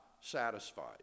satisfied